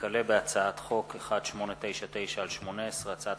וכלה בהצעת חוק בהצעת חוק פ/1899/18,